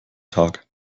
tag